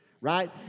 right